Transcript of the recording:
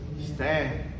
Stand